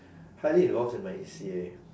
highly involved in my E_C_A